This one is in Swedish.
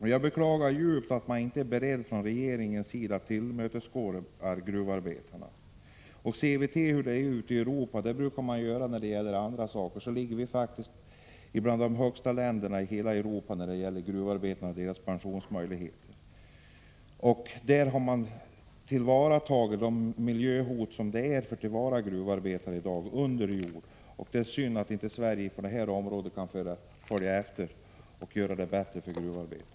Jag beklagar djupt att regeringen inte är beredd att tillmötesgå gruvarbetarna. Jämfört med hur det är ute i Europa — sådana jämförelser brukar vi göra när det gäller andra saker — hör de svenska gruvarbetarnas pensionsålder faktiskt till de högsta. I många andra länder har man tagit hänsyn till de miljöhot som gruvarbetare under jord utsätts för. Det är synd att Sverige inte kan följa efter och göra det bättre för gruvarbetarna.